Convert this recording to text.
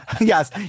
yes